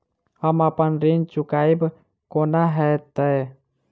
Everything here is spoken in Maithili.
हम अप्पन ऋण चुकाइब कोना हैतय?